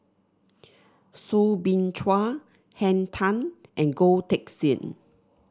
Soo Bin Chua Henn Tan and Goh Teck Sian